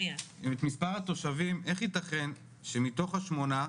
איך יתכן שמתוך ה-8,